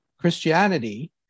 Christianity